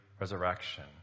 resurrection